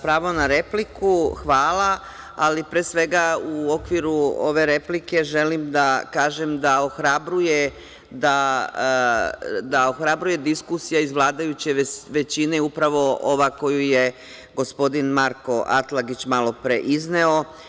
Pravo na repliku, hvala, ali, pre svega u okviru ove replike želim da kažem da ohrabruje diskusija iz vladajuće većine, upravo ova koju je gospodin Marko Atlagić malopre izneo.